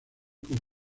con